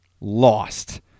lost